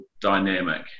dynamic